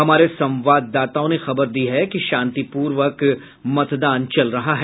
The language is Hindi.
हमारे संवाददाताओं ने खबर दी है कि शांतिपूर्वक मतदान चल रहा है